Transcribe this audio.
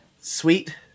sweet